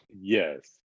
Yes